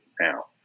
now